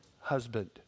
husband